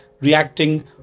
reacting